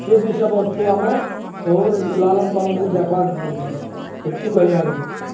ସିଏ ବିଷୟବସ୍ତୁ ଆମେ ସବୁ ଲାଲନ ପାଳନ କରି ଦେଖବାର୍କେ ପଡ଼ୁଚି ହେତ୍କି କହିମି ଆଜ୍ଞା